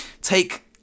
take –